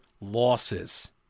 losses